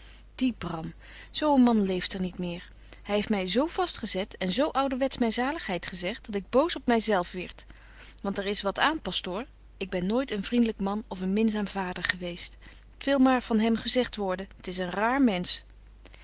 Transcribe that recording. die bram zo een man leeft er niet meer hy heeft my zo vast gezet en zo ouwerwets myn zaligheid gezegt dat ik boos op my zelf wierd want er is wat aan pastoor ik ben nooit een vriendlyk man of een minzaam vader geweest t wil maar van hem gezegt worden t is een raar mensch